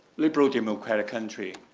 liberal democratic country,